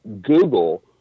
Google